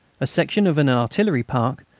a section of an artillery park,